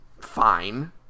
fine